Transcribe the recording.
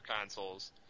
consoles